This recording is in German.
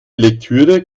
lektüre